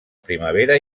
primavera